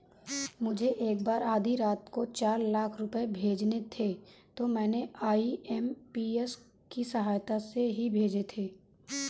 मुझको एक बार आधी रात को चार लाख रुपए भेजने थे तो मैंने आई.एम.पी.एस की सहायता से ही भेजे थे